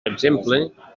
exemple